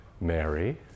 Mary